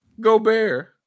Gobert